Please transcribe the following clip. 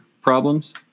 problems